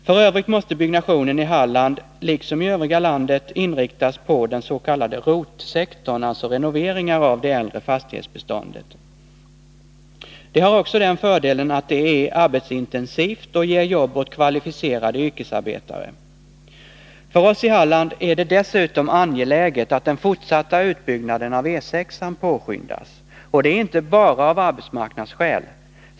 F. ö. måste byggnationen i Halland liksom i övriga landet inriktas på den s.k. ROT:-sektorn, alltså renoveringar av det äldre fastighetsbeståndet. Detta har också den fördelen att det är arbetsintensivt och ger jobb åt kvalificerade yrkesarbetare. För oss i Halland är det dessutom angeläget att den fortsatta utbyggnaden av E 6-an påskyndas — inte bara av arbetsmarknadsskäl.